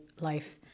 life